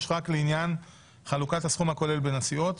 רק לעניין חלוקת הסכום הכולל בין הסיעות.